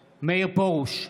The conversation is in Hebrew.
פרוש,